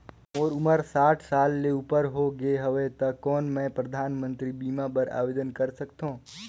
मोर उमर साठ साल ले उपर हो गे हवय त कौन मैं परधानमंतरी बीमा बर आवेदन कर सकथव?